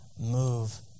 move